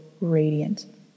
radiant